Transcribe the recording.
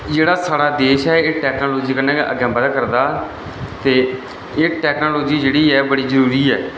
जेह्ड़ा साहढ़ा देश ऐ एह् टेक्नोलोजी कन्नै गै अग्गै बधा करदा ऐ ते इक टेक्नोलेजी जेह्ड़ी ऐ बड़ी जरूरी ऐ